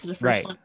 Right